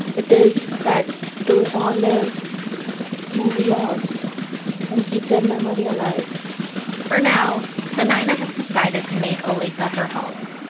it is that to honor who we lost and keep their memory alive for now, sunayana has decided to make olathe her home.